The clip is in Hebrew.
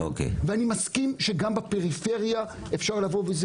אני מסכים שגם בפריפריה אפשר לבוא וזה